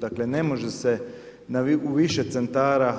Dakle ne može se u više centara